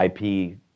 IP